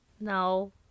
No